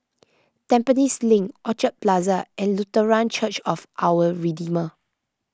Tampines Link Orchid Plaza and Lutheran Church of Our Redeemer